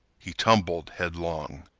he tumbled headlong.